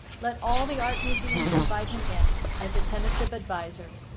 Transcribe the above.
let all the art museums invite him in, as tentative adviser,